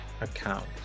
account